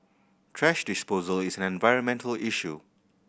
thrash disposal is an environmental issue